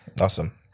Awesome